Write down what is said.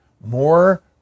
more